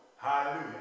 Hallelujah